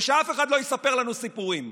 שאף אחד לא יספר לנו סיפורים.